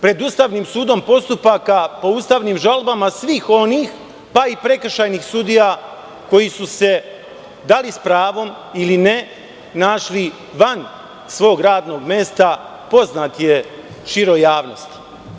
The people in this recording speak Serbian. Pred Ustavnim sudom postupak po ustavnim žalbama svih onih pa i prekršajnih sudija koji su se, da li s pravom ili ne, našli van svog radnog mesta poznat je široj javnosti.